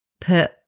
put